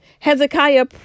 Hezekiah